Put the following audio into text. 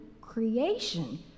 creation